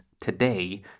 today